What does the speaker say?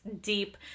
deep